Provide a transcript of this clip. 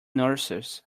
nurses